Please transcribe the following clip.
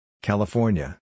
California